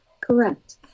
Correct